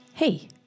Hey